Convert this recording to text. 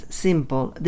simple